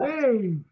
Hey